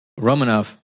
Romanov